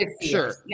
sure